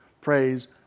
praise